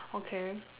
okay